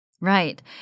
Right